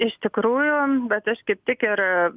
iš tikrųjų vat aš kaip tik ir